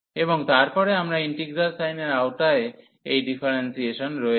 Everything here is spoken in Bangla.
এবং তারপরে আমাদের ইন্টিগ্রাল সাইনের আওতায় এই ডিফারেন্সিয়েসন রয়েছে